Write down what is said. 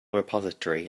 repository